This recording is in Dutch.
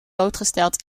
blootgesteld